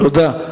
תודה.